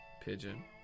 Pigeon